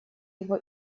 его